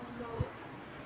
so